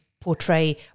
portray